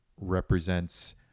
represents